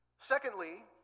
secondly